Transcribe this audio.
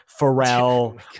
pharrell